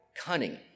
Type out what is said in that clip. cunning